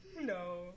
No